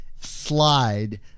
slide